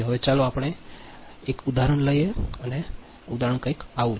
હવે ચાલો આપણે હા લઈએ એક ઉદાહરણ છે તેનું ઉદાહરણ છે આ કંઈક આવું